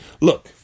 look